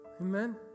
amen